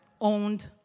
owned